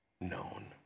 known